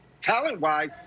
talent-wise